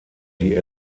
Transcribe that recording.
die